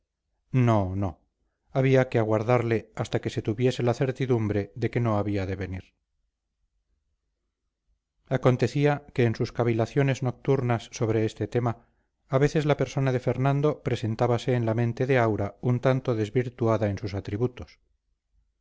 no no había que aguardarle hasta que se tuviese la certidumbre de que no había de venir acontecía que en sus cavilaciones nocturnas sobre este tema a veces la persona de fernando presentábase en la mente de aura un tanto desvirtuada en sus atributos